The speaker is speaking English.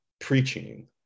preaching